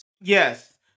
Yes